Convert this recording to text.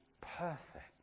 perfect